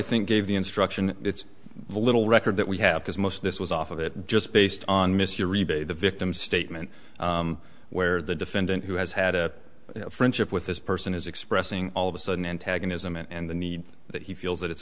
think gave the instruction it's a little record that we have because most of this was off of it just based on mr rebate the victim's statement where the defendant who has had a friendship with this person is expressing all of a sudden antagonism and the need that he feels that it's